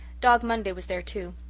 dog monday was there, too.